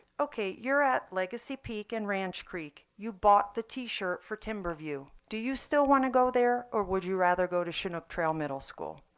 ok, you're at legacy peak and ranch creek. you bought the t-shirt for timber view. do you still want to go there or would you rather go to chinook trail middle school?